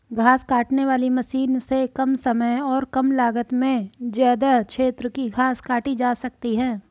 घास काटने वाली मशीन से कम समय और कम लागत में ज्यदा क्षेत्र की घास काटी जा सकती है